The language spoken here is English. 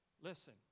Listen